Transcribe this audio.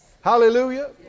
Hallelujah